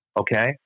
okay